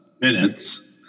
minutes